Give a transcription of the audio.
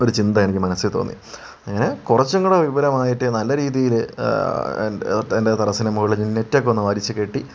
ഒരു ചിന്ത എനിക്ക് മനസ്സിൽ തോന്നി അങ്ങനെ കുറച്ചും കൂടി വിപുലമായിട്ട് നല്ല രീതിയിൽ എൻ്റെ എൻ്റെ ടെറസ്സിന് മുകളിൽ നെറ്റൊക്കെയൊന്ന് വലിച്ച് കെട്ടി